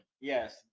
Yes